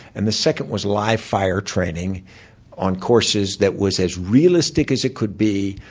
and the second was live-fire training on courses that was as realistic as it could be.